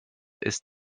ist